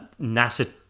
NASA